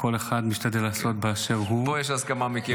כל אחד משתדל לעשות באשר הוא --- פה יש הסכמה מקיר לקיר על התוכן.